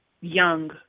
young